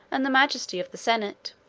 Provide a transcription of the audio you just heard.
and the majesty of the senate.